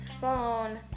phone